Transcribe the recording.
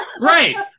Right